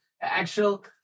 actual